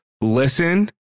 listen